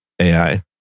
AI